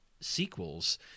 sequels